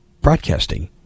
broadcasting